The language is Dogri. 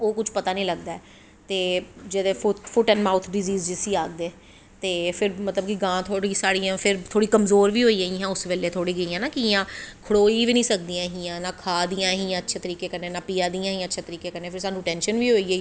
ओह् कुश पता नी लग्गदा ऐ ते फुट्ट ऐंड माउथ डिसीस जिसी आखदे ते पिर मतलव कि गां साढ़ियां थोह्ड़ी कमजोर बी होेई गेईयां हां तुआढ़ी इयां खड़ोई बी नी सकदियां हां खाई बी नी सकदियां हां अच्छे तरीके कन्नैं नां पिया दियां हां अच्छे तरीके कन्नैं फिर साह्नू टैंशन बी होई गेई